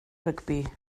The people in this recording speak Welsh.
rygbi